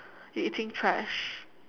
you eating trash